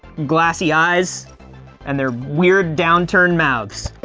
glassy eyes and their weird, down-turned mouths.